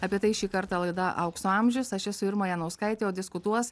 apie tai šį kartą laida aukso amžius aš esu irma janauskaitė o diskutuos